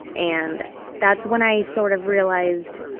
and that's when i sort of realized